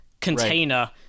container